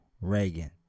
Reagan